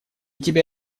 тебя